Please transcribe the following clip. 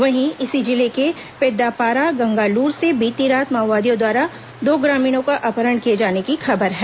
वहीं इसी जिले के पेद्दापारा गंगालूर से बीती रात माओवादियों द्वारा दो ग्रामीणों का अपहरण किए जाने की खबर है